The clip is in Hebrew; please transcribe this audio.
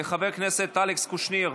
חבר הכנסת אלכס קושניר,